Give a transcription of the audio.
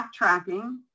backtracking